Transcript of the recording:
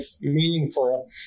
meaningful